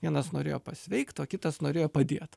vienas norėjo pasveikt o kitas norėjo padėt